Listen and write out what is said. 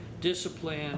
discipline